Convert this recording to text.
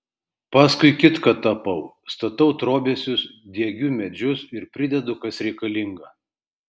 paskui kitką tapau statau trobesius diegiu medžius ir pridedu kas reikalinga